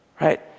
Right